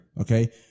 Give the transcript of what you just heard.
okay